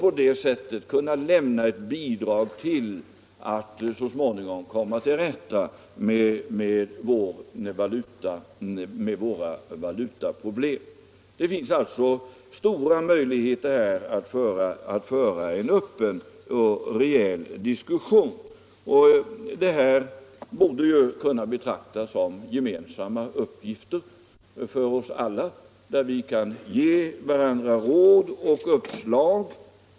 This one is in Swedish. På det sättet kan vi säkert få alla att bidra till att vi så småningom kommer till rätta med våra valutaproblem. Det finns där, menar jag, stora möjligheter att föra en öppen och rejäl diskussion. Och det borde kunna betraktas som en gemensam uppgift för oss alla; vi kan där ge varandra råd.